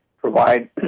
provide